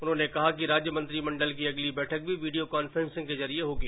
उन्होंने कहा कि राज्य मंत्रिमंडल की अगली बैठक भी वीडियो कॉन्फ्रॉसिंग के जरिए होगी